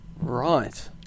right